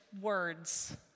words